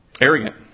Arrogant